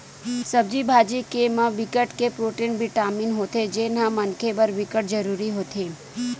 सब्जी भाजी के म बिकट के प्रोटीन, बिटामिन होथे जेन ह मनखे बर बिकट जरूरी होथे